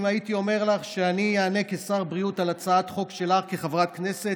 אם הייתי אומר שאני אענה כשר בריאות על הצעת חוק שלך כחברת כנסת,